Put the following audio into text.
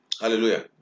Hallelujah